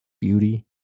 beauty